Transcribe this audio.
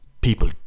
people